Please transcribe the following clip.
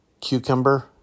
cucumber